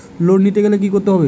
Loan নিতে গেলে কি করতে হবে?